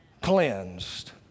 Cleansed